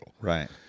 Right